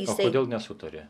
o kodėl nesutarė